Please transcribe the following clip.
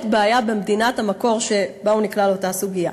בעיה במדינת המקור שבה הוא נקלע לאותה סוגיה.